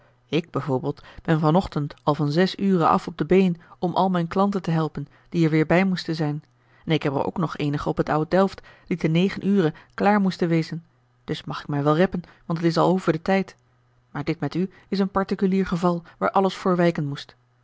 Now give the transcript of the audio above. ik bij voorbeeld ben van ochtend al van zes ure af op de been om al mijne klanten te helpen die er weêr bij moesten zijn en ik heb er ook nog eenigen op het oud delft die te negen ure klaar moesten wezen dus mag ik mij wel reppen want het is al over dien tijd maar dit met u is een particulier geval waar alles voor wijken moest